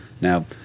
Now